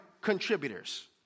contributors